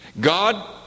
God